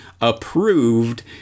approved